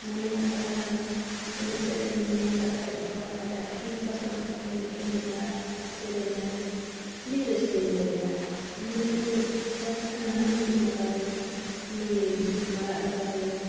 ᱢᱚᱱᱮᱭᱟᱠᱟᱫ ᱠᱷᱟᱱ ᱮᱱᱮᱡ ᱥᱮᱨᱮᱧᱮ ᱢᱚᱱᱮᱭᱟᱠᱟᱫ ᱠᱷᱟᱱ ᱫᱚ ᱟᱭᱟᱜ ᱤᱞ ᱯᱟᱥᱱᱟᱣ ᱠᱟᱛᱮᱫ ᱮᱱᱮᱡ ᱟᱭ ᱥᱮᱨᱮᱧᱟᱭ ᱟᱹᱰᱤ ᱨᱟᱹᱥᱠᱟᱹᱧ ᱧᱮᱞᱮᱭᱟ ᱢᱚᱱᱮ ᱜᱚᱫᱟᱹᱧ ᱠᱷᱟᱥ ᱤᱧ ᱦᱚᱸ ᱦᱩᱱᱟᱹᱝ ᱱᱚᱝᱠᱟ ᱜᱮ ᱱᱩᱭ ᱢᱟᱨᱟᱜ ᱞᱮᱠᱟ ᱜᱮ